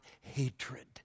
hatred